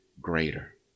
greater